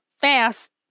fast